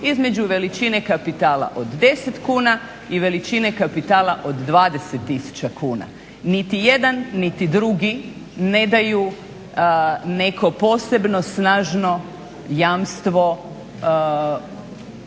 između veličine kapitala od 10 kuna i veličine kapitala od 20 tisuća kuna. Niti jedan niti drugi ne daju neko posebno snažno jamstvo